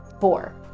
Four